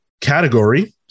category